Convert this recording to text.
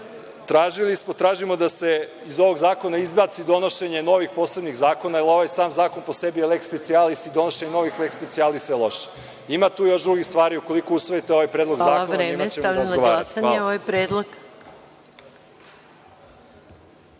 servis. Tražimo da se iz ovog zakona izbaci donošenje novih posebnih zakona jer ovaj sam zakon po sebi je leks specijalis i donošenje novih leks specijalisa je loše. Ima tu još drugih stvari. Ukoliko usvojite ovaj predlog zakona, o njima ćemo razgovarati. **Maja